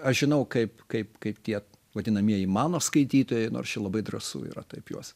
aš žinau kaip kaip kaip tie vadinamieji mano skaitytojai nors čia labai drąsu yra taip juos